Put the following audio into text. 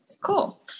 Cool